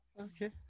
Okay